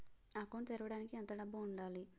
Account తెరవడానికి ఎంత డబ్బు ఉండాలి?